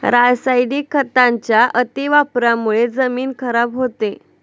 रासायनिक खतांच्या अतिवापरामुळे जमीन खराब होते